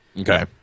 Okay